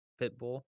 Pitbull